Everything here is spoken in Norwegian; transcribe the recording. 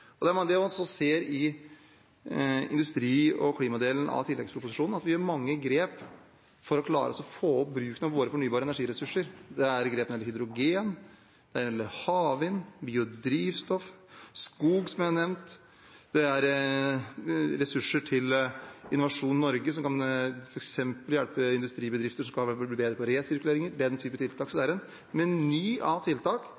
det man også ser i industri- og klimadelen av tilleggsproposisjonen: at vi gjør mange grep for å klare å få opp bruken av våre fornybare energiressurser. Det er grep som gjelder hydrogen, det gjelder havvind, biodrivstoff og skog – som jeg har nevnt – og det er ressurser til Innovasjon Norge, som f.eks. kan hjelpe industribedrifter som skal bli bedre på resirkulering og den typen tiltak. Så det er en meny av tiltak